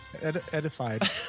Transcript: edified